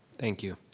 thank you,